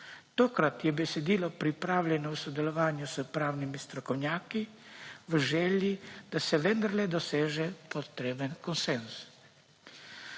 Tokrat je besedilo pripravljeno v sodelovanju s pravnimi strokovnjaki v želji, da se vendarle doseže potreben konsenz.